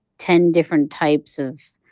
ten different types of,